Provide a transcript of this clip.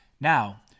Now